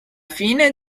fine